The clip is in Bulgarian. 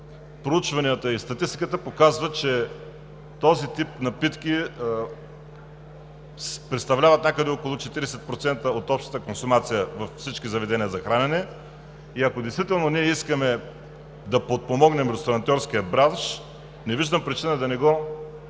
Проучванията и статистиката показват, че този тип напитки представляват някъде около 40% от общата консумация във всички заведения за хранене и ако действително ние искаме да подпомогнем ресторантьорския бранш, не виждам причина да не